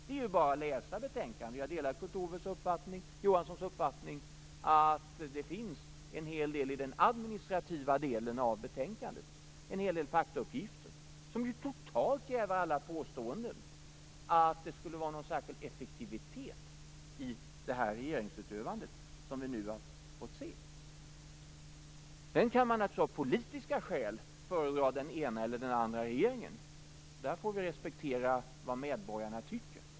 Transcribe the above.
Det är bara att läsa betänkandet. Jag delar Kurt Ove Johanssons uppfattning att det finns en hel del i den administrativa delen av betänkandet, en hel del faktauppgifter, som totalt jävar alla påståenden om att det skulle vara någon särskild effektivitet i det regeringsutövande som vi nu har fått se. Man kan naturligtvis av politiska skäl föredra den ena eller den andra regeringen; vi måste respektera vad medborgarna tycker.